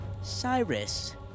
Cyrus